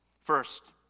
First